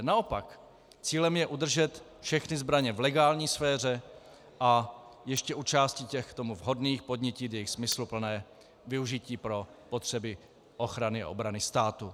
Naopak cílem je udržet všechny zbraně v legální sféře a ještě u části těch k tomu vhodných podnítit jejich smysluplné využití pro potřeby ochrany a obrany státu.